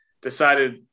decided